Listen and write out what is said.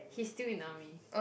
he's still in army